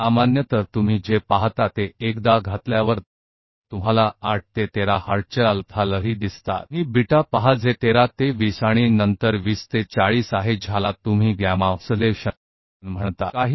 आम तौर पर जो आप देखते हैं एक बार जब आप इसे डालते हैं तो आप अल्फा तरंगों को देखते हैं जो 8 से 13 हर्ट्ज है आप बीटा देखते हैं जो 13 से 20 है और फिर 20 से 40 है जिसे आप गामा दोलन कहते हैं जो कि सामान्य रूप से दर्ज नहीं होता है